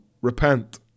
repent